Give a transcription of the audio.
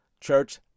Church